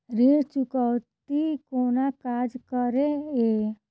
ऋण चुकौती कोना काज करे ये?